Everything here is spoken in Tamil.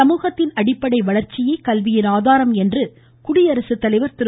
சமூகத்தின் அடிப்படை வளர்ச்சியே கல்வியின் ஆதாரம் என்று குடியரசு தலைவர் திரு